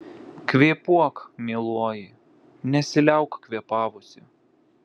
kvėpuok mieloji nesiliauk kvėpavusi